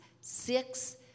six